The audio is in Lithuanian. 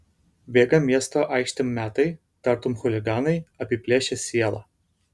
bėga miesto aikštėm metai tartum chuliganai apiplėšę sielą